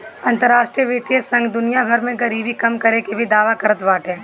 अंतरराष्ट्रीय वित्तीय संघ दुनिया भर में गरीबी कम करे के भी दावा करत बाटे